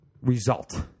result